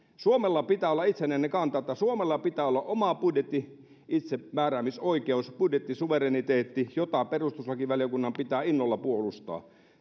suomella pitää olla itsenäinen kanta että suomella pitää olla oma budjetti itsemääräämisoikeus budjettisuvereniteetti jota perustuslakivaliokunnan pitää innolla puolustaa